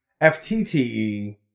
FTTE